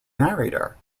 narrator